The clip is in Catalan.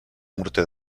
morter